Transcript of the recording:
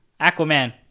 Aquaman